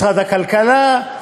משרד הכלכלה,